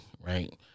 right